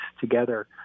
together